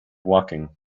woking